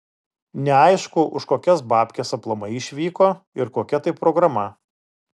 neaišku už kokias babkes aplamai išvyko ir kokia tai programa